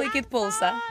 laikyt pulsą